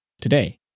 today